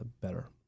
better